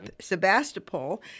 Sebastopol